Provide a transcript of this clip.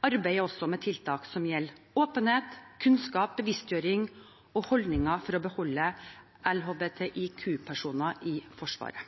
arbeider også med tiltak som gjelder åpenhet, kunnskap, bevisstgjøring og holdninger for å beholde LHBTIQ-personer i Forsvaret.